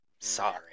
Sorry